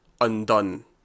undone